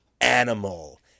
animal